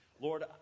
Lord